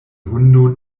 hundo